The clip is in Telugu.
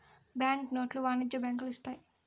బ్యాంక్ నోట్లు వాణిజ్య బ్యాంకులు ఇత్తాయి